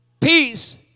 peace